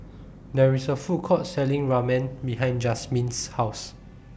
There IS A Food Court Selling Ramen behind Jazmin's House